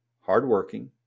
hardworking